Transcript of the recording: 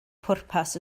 pwrpas